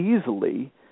easily